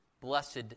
blessed